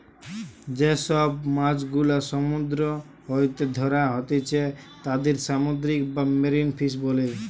যে সব মাছ গুলা সমুদ্র হইতে ধ্যরা হতিছে তাদির সামুদ্রিক বা মেরিন ফিশ বোলে